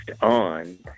on